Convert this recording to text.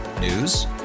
News